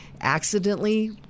accidentally